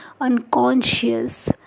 unconscious